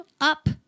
Up